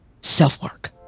self-work